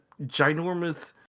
ginormous